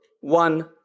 one